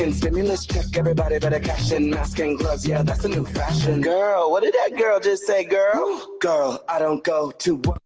and stimulus check everybody better cash in mask and gloves yeah, that's a new fashion girl, what did that girl just say? girl, ooh girl! i don't go to